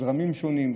זרמים שונים,